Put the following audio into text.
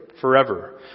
forever